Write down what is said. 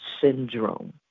Syndrome